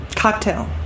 cocktail